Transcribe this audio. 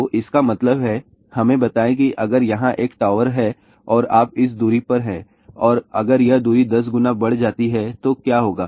तो इसका मतलब है हमें बताएं कि अगर यहां एक टॉवर है और आप इस दूरी पर हैं और अगर यह दूरी 10 गुना बढ़ जाती है तो क्या होगा